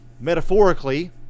metaphorically